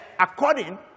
according